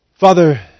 Father